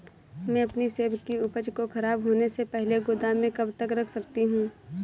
मैं अपनी सेब की उपज को ख़राब होने से पहले गोदाम में कब तक रख सकती हूँ?